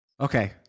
Okay